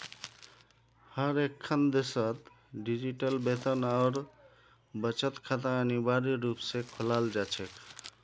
हर एकखन देशत डिजिटल वेतन और बचत खाता अनिवार्य रूप से खोलाल जा छेक